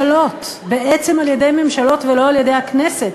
ממשלות, בעצם על-ידי ממשלות, ולא על-ידי הכנסת.